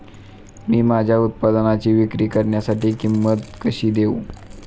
मी माझ्या उत्पादनाची विक्री करण्यासाठी किंमत कशी देऊ?